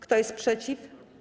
Kto jest przeciw?